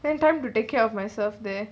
take time to take care of myself there